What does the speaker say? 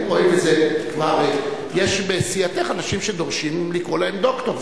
יש בסיעתך אנשים שדורשים לקרוא להם "דוקטור".